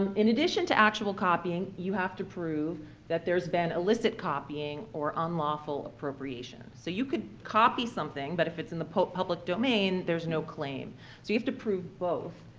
um in addition to actual copying, you have to prove that there's been illicit copying or unlawful appropriation. so you could copy something, but if it's in the public public domain, there's no claim. so you have to prove both.